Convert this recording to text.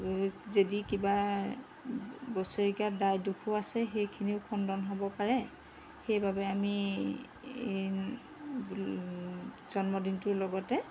যদি কিবা বছৰেকীয়া দায় দোষো আছে সেইখিনিৰো খণ্ডন হ'ব পাৰে সেইবাবে আমি জন্মদিনটোৰ লগতে